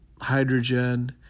hydrogen